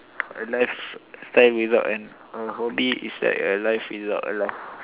a life spend without an a hobby is like a life without a life